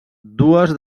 dues